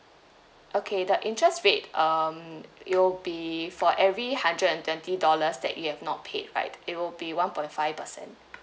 okay the interest rate um it will be for every hundred and twenty dollars that you have not paid right it will be one point five percent